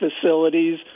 facilities